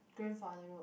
grandfather road